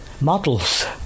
models